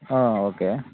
okay